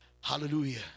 hallelujah